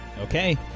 Okay